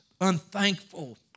unthankful